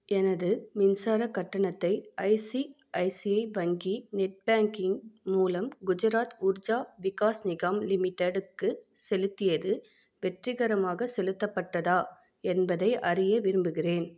எனது மின்சாரக் கட்டணத்தை ஐசிஐசிஐ வங்கி நெட் பேங்கிங் மூலம் குஜராத் உர்ஜா விகாஸ் நிகாம் லிமிட்டடுக்கு செலுத்தியது வெற்றிகரமாக செலுத்தப்பட்டதா என்பதை அறிய விரும்புகிறேன்